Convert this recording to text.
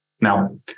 Now